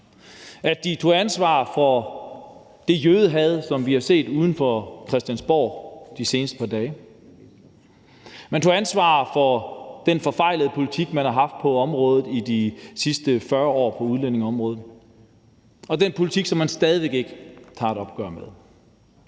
at de tog ansvar for det jødehad, som vi har set uden for Christiansborg de seneste par dage, og at man tog ansvar for den forfejlede politik, man har haft på udlændingeområdet i de sidste 40 år – den politik, som man stadig væk ikke tager et opgør med.